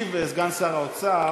ישיב סגן שר האוצר,